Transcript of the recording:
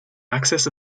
access